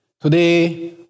Today